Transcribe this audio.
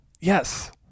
yes